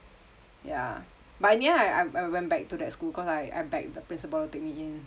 ya but in the end I I I went back to that school cause I I begged the principal take me in